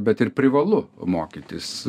bet ir privalu mokytis